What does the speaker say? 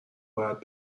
باید